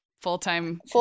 full-time